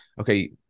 Okay